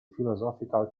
philosophical